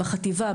בחטיבה,